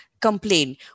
complain